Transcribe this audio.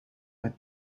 mij